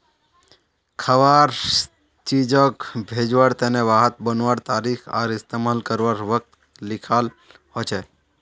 खवार चीजोग भेज्वार तने वहात बनवार तारीख आर इस्तेमाल कारवार वक़्त लिखाल होचे